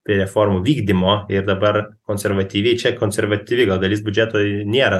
prie reformų vykdymo ir dabar konservatyviai čia konservatyvi gal dalis biudžeto nėra